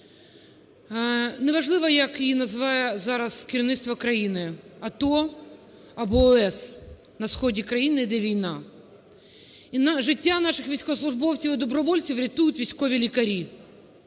Не важливо, як її називає зараз керівництво країни – АТО або ООС, на сході країни йде війна. І життя наших військовослужбовців і добровольців рятують військові лікарі.